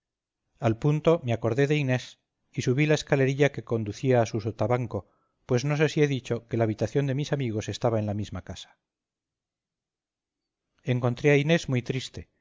al punto me acordé de inés y subí la escalerilla que conducía a su sotabanco pues no sé si he dicho que la habitación de mis amigos estaba en la misma casa encontré a inés muy triste